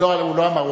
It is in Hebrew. לא, הוא לא אמר.